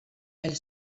elle